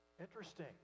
interesting